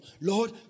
Lord